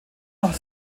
noch